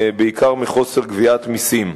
בעיקר מחוסר גביית מסים.